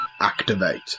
Activate